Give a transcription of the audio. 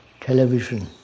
television